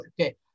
Okay